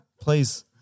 Please